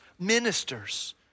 ministers